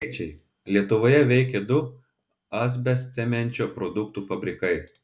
skaičiai lietuvoje veikė du asbestcemenčio produktų fabrikai